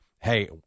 Hey